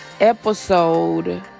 episode